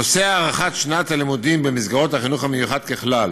נושא הארכת שנת הלימודים במסגרות החינוך המיוחד ככלל